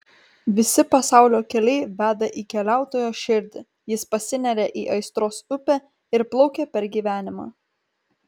visi pasaulio keliai veda į keliautojo širdį jis pasineria į aistros upę ir plaukia per gyvenimą